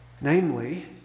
Namely